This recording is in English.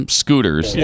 scooters